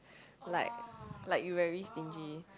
like like you very stingy